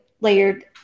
layered